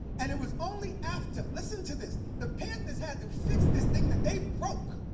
and it was only after listen to this the panthers had to fix this thing that they broke.